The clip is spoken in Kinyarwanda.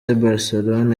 barcelone